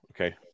Okay